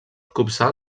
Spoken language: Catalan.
copsar